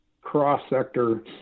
cross-sector